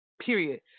period